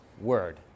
word